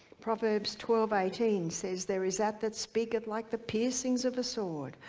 proverbs twelve eighteen says, there is that that speaketh like the piercings of a sword,